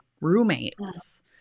roommates